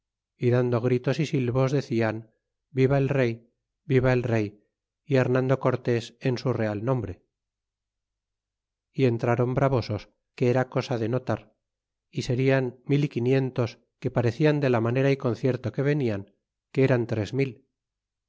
y dando gritos y silvos decian viva el rey viva el rey y remando cortés en su real nombre y entrron bravosos que era cosa de notar y serian mil y quinientos que parecian de la manera y concierto que venían que eran tres mil